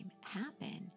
happen